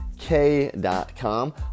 k.com